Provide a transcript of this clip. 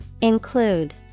Include